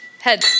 head